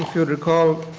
you recall